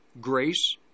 grace